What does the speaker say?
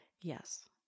Yes